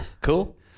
cool